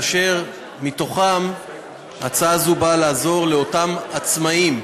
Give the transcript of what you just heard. אשר מתוכם הצעה זו באה לעזור לאותם עצמאים.